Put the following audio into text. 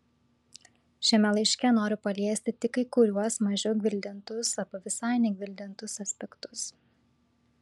šiame laiške noriu paliesti tik kai kuriuos mažiau gvildentus arba visai negvildentus aspektus